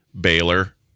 Baylor